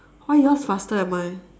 why yours faster than mine